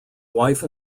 wife